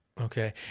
Okay